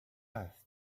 earth